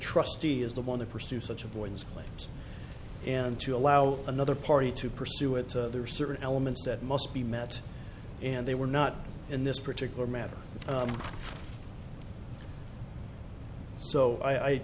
trustee is the one to pursue such avoidance claims and to allow another party to pursue it there are certain elements that must be met and they were not in this particular matter so i